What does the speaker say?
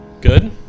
good